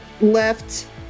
left